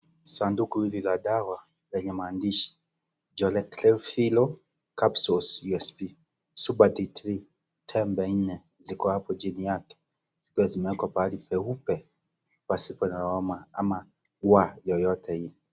Sanduku hili la dawa lenye maandishi, cs(cholecalciferol capsules USP super D3)cs tembe nne ziko hapo chini yake, zikiwa zimeekwa pahali peupe pasipo na lawama yeyote ile.